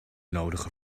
nodigen